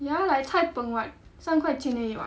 ya like cai png [what] 三块而已 [what]